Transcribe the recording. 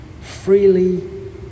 freely